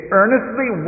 earnestly